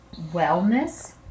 wellness